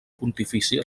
pontifici